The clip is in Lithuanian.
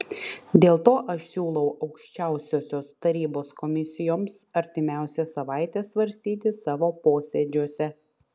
dėl to aš siūlau aukščiausiosios tarybos komisijoms artimiausią savaitę svarstyti savo posėdžiuose